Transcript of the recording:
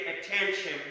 attention